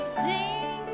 sing